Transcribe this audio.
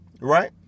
Right